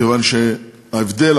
כיוון שההבדל,